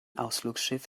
ausflugsschiff